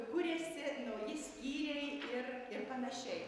kuriasi nauji skyriai ir ir panašiai